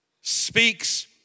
speaks